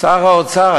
שר האוצר,